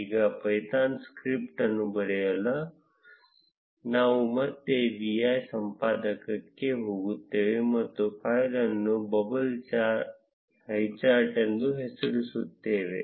ಈಗ Python script ಅನ್ನು ಬರೆಯಲು ನಾವು ಮತ್ತೆ vi ಸಂಪಾದಕಕ್ಕೆ ಹೋಗುತ್ತೇವೆ ಮತ್ತು ಫೈಲ್ ಅನ್ನು ಬಬಲ್ ಹೈಚಾರ್ಟ್ ಎಂದು ಹೆಸರಿಸುತ್ತೇವೆ